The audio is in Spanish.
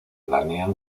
planean